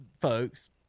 folks